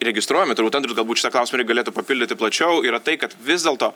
registruojame turbūt andrius galbūt šitą klausimą irgi galėtų papildyti plačiau yra tai kad vis dėlto